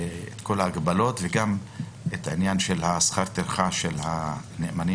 ההגבלות וגם את העניין של שכר הטרחה של הנאמנים.